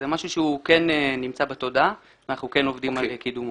זה משהו שהוא כן נמצא בתודעה ואנחנו כן עובדים על קידומו.